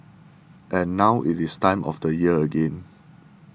and now it is time of the year again